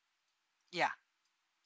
ya